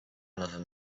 another